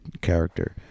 character